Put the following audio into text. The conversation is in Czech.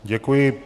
Děkuji.